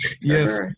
Yes